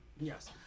Yes